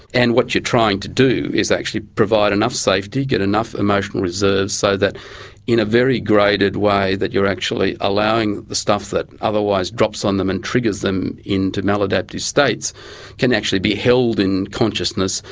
and what you're trying to do is actually provide enough safety, get enough emotional reserves so that in a very graded way you're actually allowing the stuff that otherwise drops on them and triggers them into maladaptive states can actually be held in consciousness,